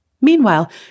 Meanwhile